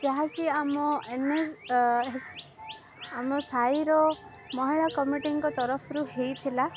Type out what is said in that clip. ଯାହାକି ଆମ ଏମଏଚ ଆମ ସାହିର ମହିଳା କମିଟିଙ୍କ ତରଫରୁ ହେଇଥିଲା